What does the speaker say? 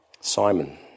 Simon